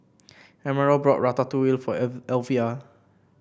Emerald bought Ratatouille for Elvia